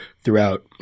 throughout